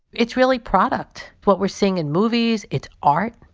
it's really product what we're seeing in movies, it's art.